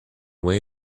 way